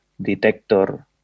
detector